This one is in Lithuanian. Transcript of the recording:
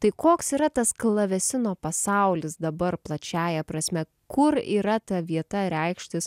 tai koks yra tas klavesino pasaulis dabar plačiąja prasme kur yra ta vieta reikštis